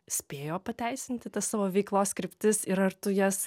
spėjo pateisinti tas savo veiklos kryptis ir ar tu jas